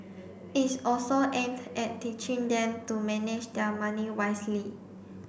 it's also aimed at teaching them to manage their money wisely